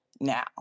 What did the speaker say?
now